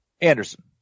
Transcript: Anderson